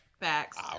Facts